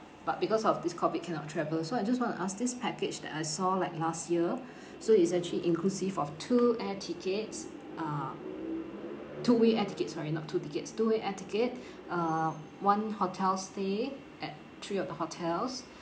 but because of this COVID cannot travel so I just want to ask this package that I saw like last year so it's actually inclusive of two air tickets uh two way air tickets sorry not two tickets two way air ticket uh one hotel stay at three of the hotels